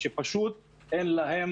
שאין להם